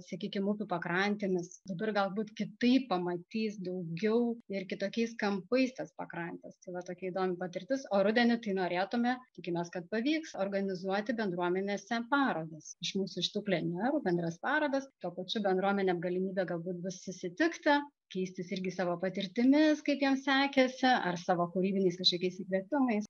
sakykim upių pakrantėmis dabar galbūt kitaip pamatys daugiau ir kitokiais kampais tas pakrantes tai vat tokia įdomi patirtis o rudenį kai norėtume tikimės kad pavyks organizuoti bendruomenėse parodas iš mūsų šitų plenerų bendras parodas tuo pačiu bendruomenei galimybė galbūt bus susitikti keistis irgi savo patirtimis kaip jiems sekėsi ar savo kūrybiniais kažkokiais įkvėpimais